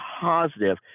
positive